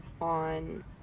on